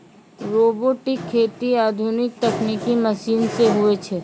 robotic खेती आधुनिक तकनिकी मशीन से हुवै छै